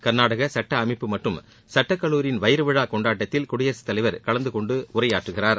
கர்நாடகா சட்ட அமைப்பு மற்றும் சட்டக்கல்லூரியின் வைர விழா கொண்டாட்டத்தில் குடியரசுத் தலைவர் கலந்துகொண்டு உரையாற்றுகிறார்